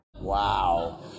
Wow